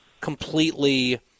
completely